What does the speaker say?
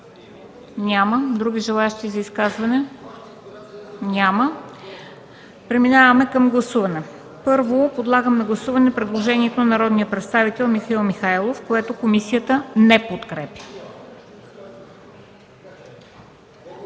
Няма. Други желаещи за изказване? Няма. Преминаваме към гласуване. Първо подлагам на гласуване предложението на народния представител Михаил Михайлов, което комисията не подкрепя.